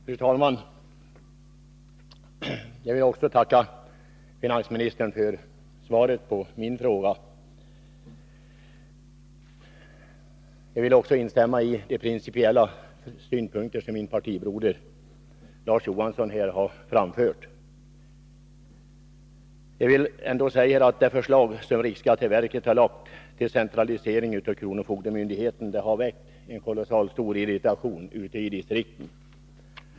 Fru talman! Jag vill tacka finansministern för svaret på min fråga. Samtidigt vill jag instämma i de principiella synpunkter som min partibroder Larz Johansson här har framfört. Det förslag som riksskatteverket lagt fram om centralisering av kronofogdemyndigheten har väckt mycket stark irritation ute i distrikten.